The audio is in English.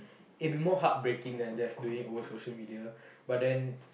it'll be more heartbreaking than just doing it over social media but then